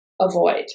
avoid